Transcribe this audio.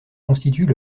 constituent